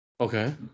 Okay